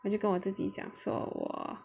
我就跟我自己讲说我